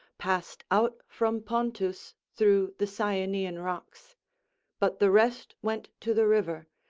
passed out from pontus through the cyanean rocks but the rest went to the river,